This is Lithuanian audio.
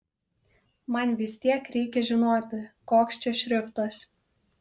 man vis tiek reikia žinoti koks čia šriftas